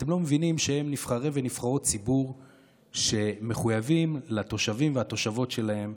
אתם לא מבינים שהם נבחרי ונבחרות ציבור שמחויבים לתושבים והתושבות שלהם,